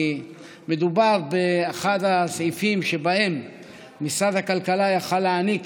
כי מדובר באחד הסעיפים שבהם משרד הכלכלה היה יכול להעניק